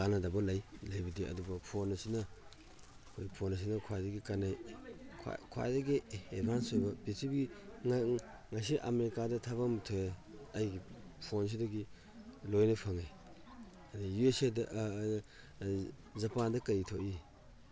ꯀꯥꯟꯅꯗꯕ ꯂꯩ ꯂꯩꯕꯗꯤ ꯑꯗꯨꯕꯨ ꯐꯣꯟ ꯑꯁꯤꯅ ꯑꯩꯈꯣꯏ ꯐꯣꯟ ꯑꯁꯤꯅ ꯈ꯭ꯋꯥꯏꯗꯒꯤ ꯀꯥꯟꯅꯩ ꯈ꯭ꯋꯥꯏꯗꯒꯤ ꯑꯦꯗꯚꯥꯟꯁ ꯑꯣꯏꯕ ꯄ꯭ꯔꯤꯊꯤꯕꯤ ꯉꯁꯤ ꯑꯥꯃꯦꯔꯤꯀꯥꯗ ꯊꯕꯛ ꯑꯃ ꯊꯣꯛꯑꯦ ꯑꯩꯒꯤ ꯐꯣꯟꯁꯤꯗꯒꯤ ꯂꯣꯏꯅ ꯐꯪꯉꯦ ꯑꯗ ꯌꯨ ꯑꯦꯁ ꯑꯦꯗ ꯖꯄꯥꯟꯗ ꯀꯔꯤ ꯊꯣꯛꯏ